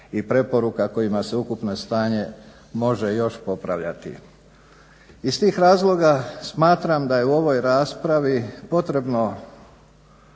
i preporuka kojima se ukupno stanje može još popravljati. Iz tih razloga smatram da je u ovoj raspravi potrebno